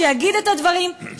שיגיד את הדברים,